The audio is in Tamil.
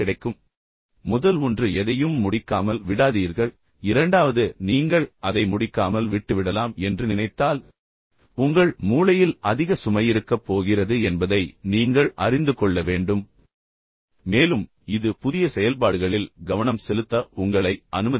எனவே முதல் ஒன்று எதையும் முடிக்காமல் விடாதீர்கள் இரண்டாவது நீங்கள் அதை முடிக்காமல் விட்டுவிடலாம் என்று நினைத்தால் உங்கள் மூளையில் அதிக சுமை இருக்கப் போகிறது என்பதை நீங்கள் அறிந்து கொள்ள வேண்டும் மேலும் இது புதிய செயல்பாடுகளில் கவனம் செலுத்தவோ அல்லது கவனம் செலுத்தவோ உங்களை அனுமதிக்காது